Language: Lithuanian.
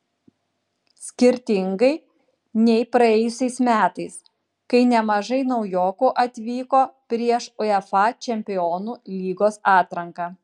skirtingai nei praėjusiais metais kai nemažai naujokų atvyko prieš uefa čempionų lygos atranką